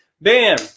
bam